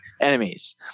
enemies